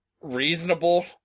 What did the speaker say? reasonable